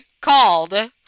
called